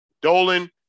Dolan